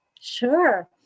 Sure